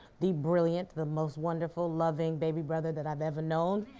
the brilliant, the most wonderful, loving, baby brother that i've ever known,